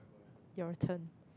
your turn